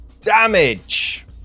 damage